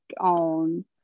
on